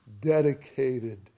dedicated